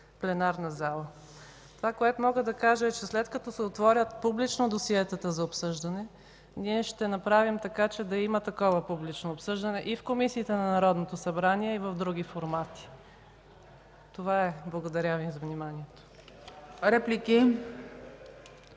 пленарната зала. Мога да кажа, че след като се отворят публично досиетата за обсъждане, ще направим така, че да има такова публично обсъждане и в комисиите на Народното събрание, и в други формати. Благодаря за вниманието.